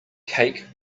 cake